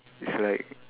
its like